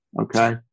okay